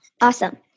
awesome